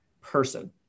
person